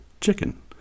chicken